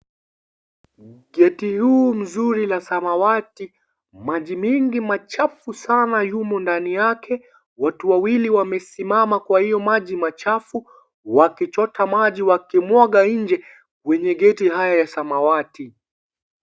Geti huu mzuri wa samawati ,maji mingi machafu Sana yumo ndani yake, watu wawili wamesimama Kwa hiyo maji machafu wakichota maji wakimwaga nje kwenye geti haya ya samawati.